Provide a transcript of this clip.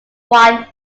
wine